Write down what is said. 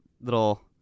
little